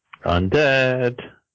Undead